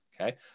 okay